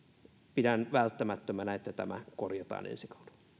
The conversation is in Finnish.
pidän välttämättömänä että tämä korjataan ensi